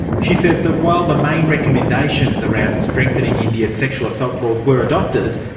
she says that while the main recommendations around strengthening india's sexual assault laws were adopted,